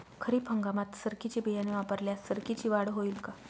खरीप हंगामात सरकीचे बियाणे वापरल्यास सरकीची वाढ होईल का?